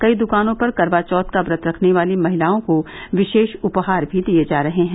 कई दुकानों पर करचा चौथ का व्रत रखने वाली महिलाओं को विशेष उपहार भी दिये जा रहे हैं